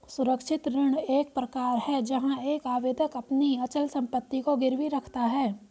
सुरक्षित ऋण एक प्रकार है जहां एक आवेदक अपनी अचल संपत्ति को गिरवी रखता है